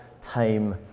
time